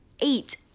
Eight